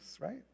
right